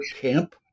camp